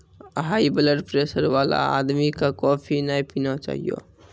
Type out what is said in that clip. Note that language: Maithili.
हाइब्लडप्रेशर वाला आदमी कॅ कॉफी नय पीना चाहियो